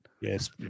Yes